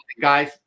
guys